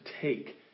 take